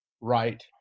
right